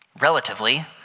relatively